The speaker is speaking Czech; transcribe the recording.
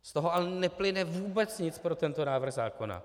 Z toho ale neplyne vůbec nic pro tento návrh zákona.